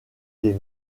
des